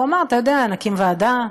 והוא אמר: אתה יודע, נקים ועדה,